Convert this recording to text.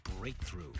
breakthrough